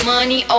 Money